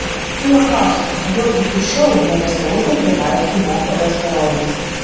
kyla klausimas kodėl iki šiol niekas neuždraudė vaistų nuo cholesterolio